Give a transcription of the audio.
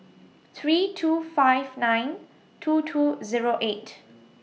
three two five nine two two Zero eight